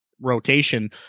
rotation